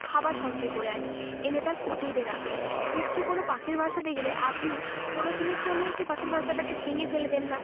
খাবার সঞ্চয় করে আনে এনে তার কুটিরে রাখে নিশ্চয়ই কোনো পাখির বাসা দেখলে আপনি কোনো দিনের জন্যও সেই পাখির বাসাটাকে ভেঙে ফেলবেন না